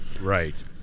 Right